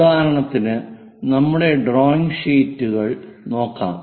ഉദാഹരണത്തിന് നമ്മുടെ ഡ്രോയിംഗ് ഷീറ്റുകൾ നോക്കാം